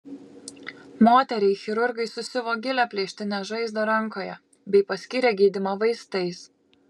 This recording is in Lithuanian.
moteriai chirurgai susiuvo gilią plėštinę žaizdą rankoje bei paskyrė gydymą vaistais